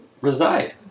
reside